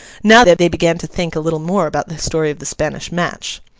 now that they began to think a little more about the story of the spanish match.